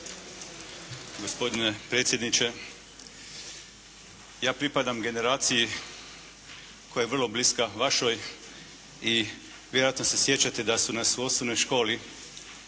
(HNS)** Gospodine predsjedniče, ja pripadam generaciji koja je vrlo bliska vašoj i vjerojatno se sjećate da su nas u osnovnoj školi